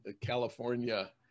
California